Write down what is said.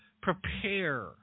prepare